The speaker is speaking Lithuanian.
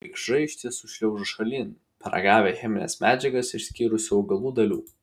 vikšrai iš tiesų šliaužia šalin paragavę chemines medžiagas išskyrusių augalų dalių